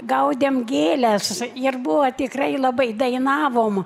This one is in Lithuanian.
gaudėm gėles ir buvo tikrai labai dainavom